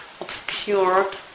obscured